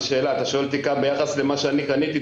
אתה שואל אותי ביחס למה שאני קניתי?